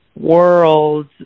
world